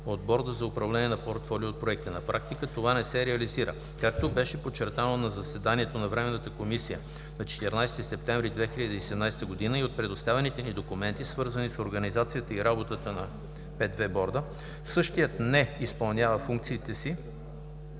от Борда за управление на портфолио проекта (П2Б). На практика това не се реализира. Както беше подчертано на заседанието на Временната комисия на 14 септември 2017 г. и от предоставените ни документи, свързани с организацията и работата на П2Борда, същият не изпълнява функциите си